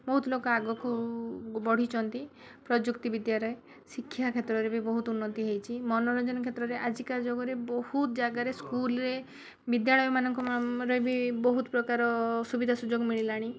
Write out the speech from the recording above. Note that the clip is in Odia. ବହୁତ ଲୋକ ଆଗକୁ ବଢ଼ିଛନ୍ତି ପ୍ରଯୁକ୍ତି ବିଦ୍ୟାରେ ଶିକ୍ଷା କ୍ଷେତ୍ରରେ ବି ବହୁତ ଉନ୍ନତି ହେଇଛି ମନୋରଞ୍ଜନ କ୍ଷେତ୍ରରେ ଆଜିକାଲି ଯୁଗରେ ବହୁତ ଜାଗାରେ ସ୍କୁଲରେ ବିଦ୍ୟାଳୟମାନଙ୍କରେ ବି ବହୁତ ପ୍ରକାରର ସୁବିଧା ସୁଯୋଗ ମିଳିଲାଣି